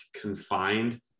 confined